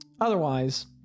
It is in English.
otherwise